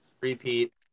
repeat